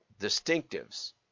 distinctives